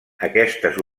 aquestes